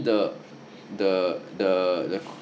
the the the the